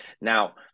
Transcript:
Now